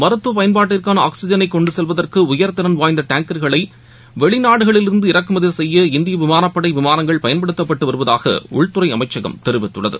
மருத்துவப் பயன்பாட்டிற்கான ஆக்ஸிஜனைகொண்டுசெல்வதற்குஉயர்திறன் வாய்ந்தடேங்கர்களைவெளிநாடுகளிலிருந்து இறக்குமதிசெய்ய இந்தியவிமானப்படைவிமானங்கள் பயன்படுத்தப்பட்டுவருவதாகஉள்துறைஅமைச்சகம் தெரிவித்துள்ளது